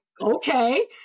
okay